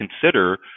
consider